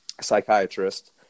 psychiatrist